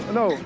no